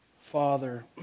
father